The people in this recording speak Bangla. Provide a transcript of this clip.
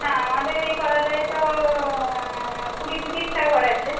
হ্যাঁ আমাদের এই পাড়াটায় তো কুড়ি পঁচিশটা ঘর আছে